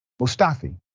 Mustafi